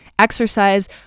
Exercise